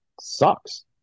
sucks